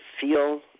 feel